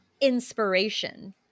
inspiration